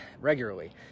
regularly